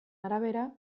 arabera